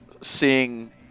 seeing